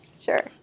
sure